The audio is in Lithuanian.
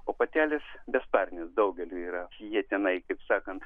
o patelės besparnės daugeliui yra jie tenai kaip sakant